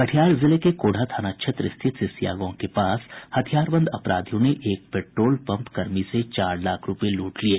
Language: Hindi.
कटिहार जिले के कोढ़ा थाना क्षेत्र स्थित सिसिया गांव के पास हथियार बंद अपराधियों ने एक पेट्रोल पंप कर्मी से चार लाख रूपये लूट लिये